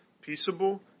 peaceable